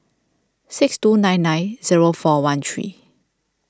six two nine nine zero four one three